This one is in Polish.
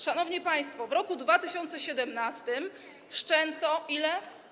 Szanowni państwo, w roku 2017 wszczęto ile?